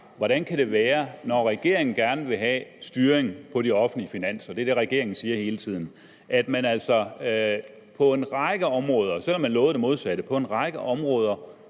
spurgte om, var: Når regeringen gerne vil have styring på de offentlige finanser, det er det, regeringen siger hele tiden, hvordan kan det så være, at man altså på en række områder, selv om man lovede det modsatte, lemper